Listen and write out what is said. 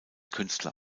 künstler